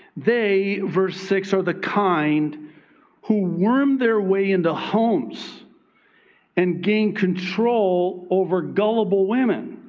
they, verse six, are the kind who worm their way into homes and gain control over gullible women,